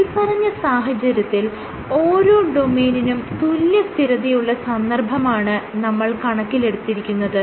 മേല്പറഞ്ഞ സാഹചര്യത്തിൽ ഓരോ ഡൊമെയ്നിനും തുല്യസ്ഥിരതയുള്ള സന്ദർഭമാണ് നമ്മൾ കണക്കിലെടുത്തിരിക്കുന്നത്